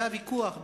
זה הוויכוח.